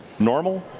normal?